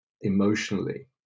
emotionally